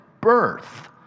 birth